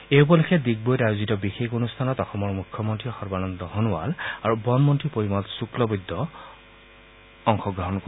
এই উপলক্ষে ডিগবৈত আয়োজিত বিশেষ অনুষ্ঠানত অসমৰ মুখ্যমন্ত্ৰী সৰ্বানন্দ সোণোৱাল আৰু বন মন্ত্ৰী পৰিমল শুক্লবৈদ্যই অংশগ্ৰহণ কৰিব